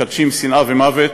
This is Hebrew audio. ומקדשים שנאה ומוות,